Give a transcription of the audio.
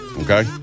Okay